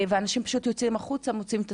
ואנשים פשוט יוצאים החוצה ומוצאים את